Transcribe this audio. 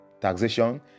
taxation